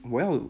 我要